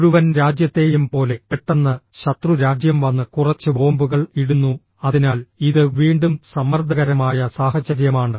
മുഴുവൻ രാജ്യത്തെയും പോലെ പെട്ടെന്ന് ശത്രു രാജ്യം വന്ന് കുറച്ച് ബോംബുകൾ ഇടുന്നു അതിനാൽ ഇത് വീണ്ടും സമ്മർദ്ദകരമായ സാഹചര്യമാണ്